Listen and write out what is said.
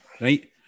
right